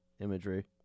imagery